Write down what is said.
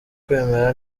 kwemera